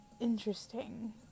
interesting